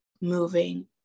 moving